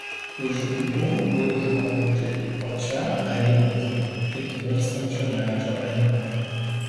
už jų budi žmogžudžiai o čia aidi muzika it virstančio medžio aimana